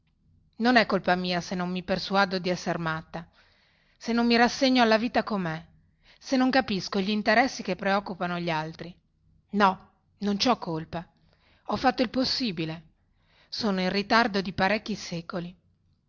non è mia colpa se non mi persuado di esser matta se non mi rassegno alla vita comè se non capisco gli interessi che preoccupano gli altri no non ci ho colpa ho fatto il possibile sono in ritardo di parecchi secoli